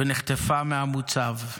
ונחטפה מהמוצב,